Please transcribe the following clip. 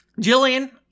Jillian